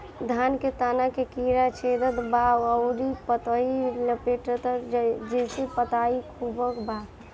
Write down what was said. धान के तना के कीड़ा छेदत बा अउर पतई लपेटतबा जेसे पतई सूखत बा?